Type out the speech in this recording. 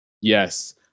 Yes